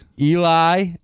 Eli